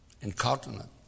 incontinent